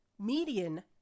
Median